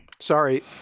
Sorry